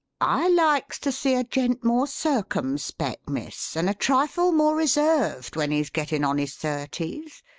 i likes to see a gent more circumpec, miss, and a trifle more reserved when he's gettin' on his thirties.